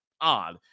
odd